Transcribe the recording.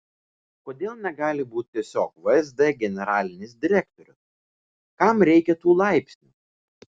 kodėl negali būti tiesiog vsd generalinis direktorius kam reikia tų laipsnių